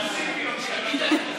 אל תוסיפי אותי,